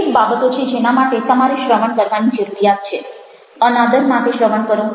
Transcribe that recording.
કેટલીક બાબતો છે જેના માટે તમારે શ્રવણ કરવાની જરૂરિયાત છે અનાદર માટે શ્રવણ કરો